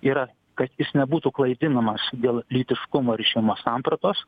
yra kad jis nebūtų klaidinamas dėl lytiškumo ir šeimos sampratos